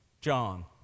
John